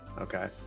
okay